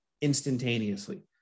instantaneously